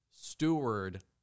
steward